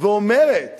ואומרת